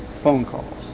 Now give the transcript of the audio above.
phone calls.